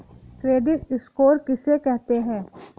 Credit score किसे कहते हैं?